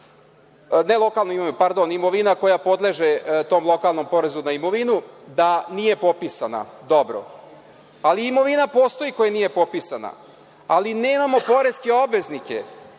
ne lokalna imovina, pardon, imovina koja podleže tom lokalnom porezu na imovinu da nije popisana dobro. Ali, imovina postoji i ako nije popisana, ali nemamo poreske obveznike